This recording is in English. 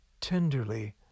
tenderly